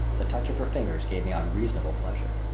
the touch of her fingers gave me unreasonable pleasure.